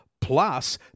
Plus